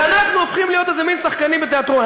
ואנחנו הופכים להיות איזה מין שחקנים בתיאטרון.